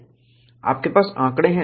आपके पास आंकड़े है